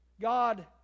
God